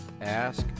ask